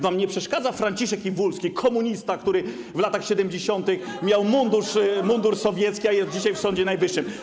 Wam nie przeszkadza Franciszek Iwulski, komunista, który w latach 70. miał mundur sowiecki, a jest dzisiaj w Sądzie Najwyższym.